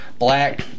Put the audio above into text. Black